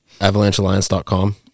avalanchealliance.com